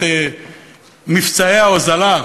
את מבצעי ההוזלה,